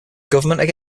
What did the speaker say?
government